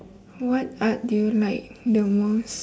what art do you like the most